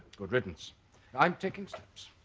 good riddance i'm taking steps